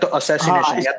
assassination